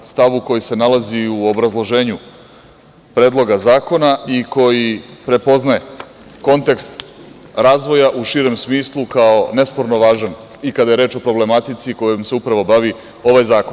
Stav koji se nalazi u obrazloženju Predloga zakona i koji prepoznaje kontekst razvoja u širem smislu, kao nesporno važan i kada je reč o problematici kojom se upravo bavi ovaj zakon.